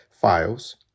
files